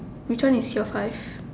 which one is your five